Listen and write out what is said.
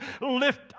lift